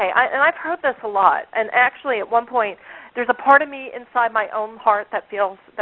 i mean i've heard this a lot, and actually at one point there's a part of me inside my own heart that feels,